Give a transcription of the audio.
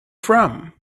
from